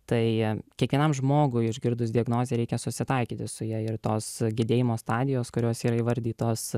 tai kiekvienam žmogui išgirdus diagnozę reikia susitaikyti su ja ir tos gedėjimo stadijos kurios yra įvardytos